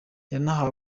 yanahawe